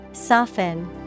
Soften